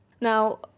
Now